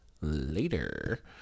later